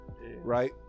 Right